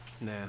Nah